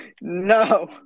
no